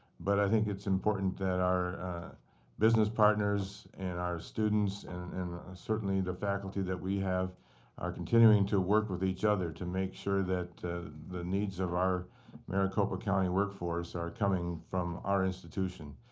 but i think it's important that our business partners and our students and and certainly the faculty that we have are continuing to work with each other to make sure that the needs of our maricopa county workforce are coming from our institution.